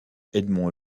edmond